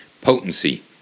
potency